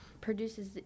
produces